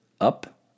up